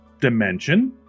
dimension